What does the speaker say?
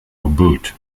boot